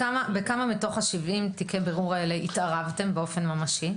בכמה מתוך 70 תיקי הבירור האלה התערבתם באופן ממשי?